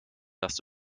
das